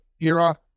era